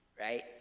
right